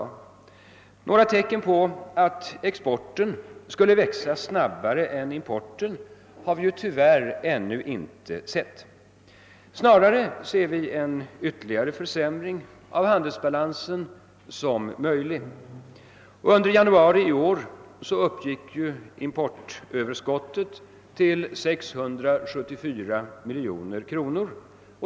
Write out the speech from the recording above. Några tecken på att exporten skulle växa snabbare än importen har vi tyvärr ännu inte sett. Snarare ser vi en ytterligare försämring av handelsbalansen som möjlig. Under januari i år uppgick importöverskottet till 674 miljoner kronor.